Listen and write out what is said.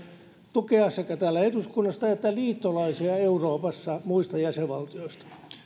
tukea sekä täältä eduskunnasta että liittolaisia euroopassa muista jäsenvaltioista